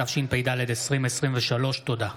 התשפ"ד 2023. תודה.